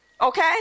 Okay